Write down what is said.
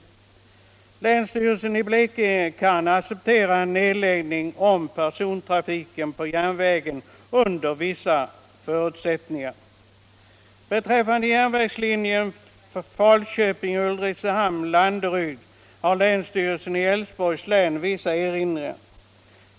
Länsstyrelsen i Blekinge län kan acceptera en nedläggning av persontrafiken på järnvägen under vissa förutsättningar. Vad beträffar järnvägslinjen Falköping-Ulricehamn-Landeryd har länsstyrelsen i Älvsborgs län vissa erinringar.